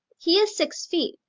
he is six feet,